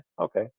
Okay